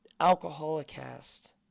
Alcoholicast